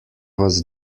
was